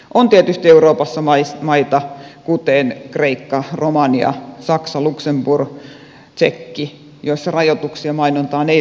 on tietysti euroopassa maita kuten kreikka romania saksa luxemburg tsekki joissa rajoituksia mainontaan ei ole ollenkaan